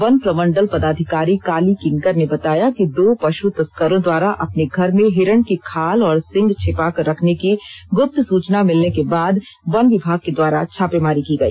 one प्रमंडल पदाधिकारी काली किंकर ने बताया कि दो पशु तस्करों द्वारा अपने घर मे हिरण की खाल और सिंग छिपाकर रखने की गृप्त सुचना मिलने के बाद वन विभाग के द्वारा छापेमारी की गई